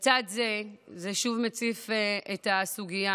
זה שוב מציף את הסוגיה